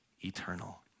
eternal